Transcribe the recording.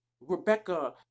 Rebecca